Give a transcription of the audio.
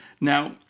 Now